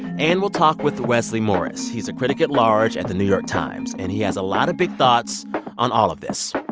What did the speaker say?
and we'll talk with wesley morris. he's a critic at large at the new york times, and he has a lot of big thoughts on all of this.